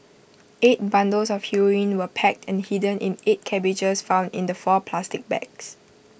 eight bundles of heroin were packed and hidden in eight cabbages found in the four plastic bags